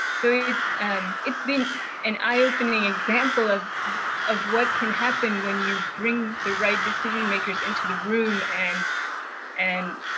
so it's it's been an eye opening example of of what can happen when you bring the right decision makers into the room and and